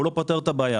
והוא לא פותר את הבעיה.